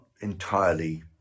entirely